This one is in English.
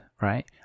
right